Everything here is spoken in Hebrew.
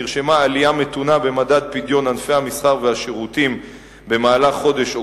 נרשמה עלייה מתונה במדד פדיון ענפי המסחר והשירותים במהלך חודש אוקטובר.